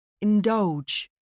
Indulge